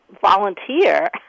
volunteer